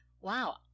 wow